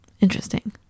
interesting